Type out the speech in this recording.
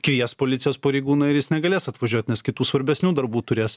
kvies policijos pareigūną ir jis negalės atvažiuot nes kitų svarbesnių darbų turės